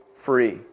free